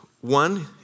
one